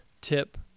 tip